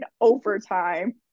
overtime